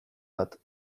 bat